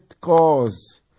cause